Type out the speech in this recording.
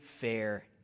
fair